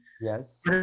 Yes